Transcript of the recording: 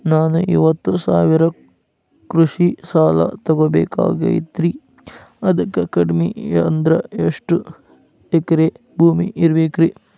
ನಾನು ಐವತ್ತು ಸಾವಿರ ಕೃಷಿ ಸಾಲಾ ತೊಗೋಬೇಕಾಗೈತ್ರಿ ಅದಕ್ ಕಡಿಮಿ ಅಂದ್ರ ಎಷ್ಟ ಎಕರೆ ಭೂಮಿ ಇರಬೇಕ್ರಿ?